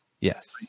yes